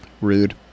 Rude